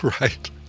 Right